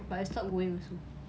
but I stopped going also